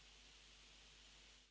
hvala.